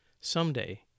someday